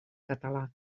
català